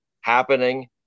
happening